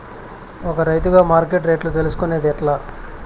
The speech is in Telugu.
ఒక రైతుగా మార్కెట్ రేట్లు తెలుసుకొనేది ఎట్లా?